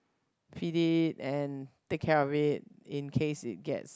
feed it and take care of it in case it gets